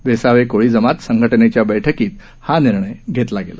वेसावे कोळी जमात संघटनेच्या बैठकीत हा निर्णय घेतला गेला